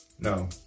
No